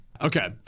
Okay